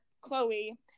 Chloe